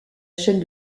chaîne